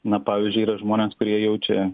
na pavyzdžiui yra žmonės kurie jaučia